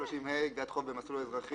330ה גביית חוב במסלול אזרחי.